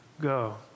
go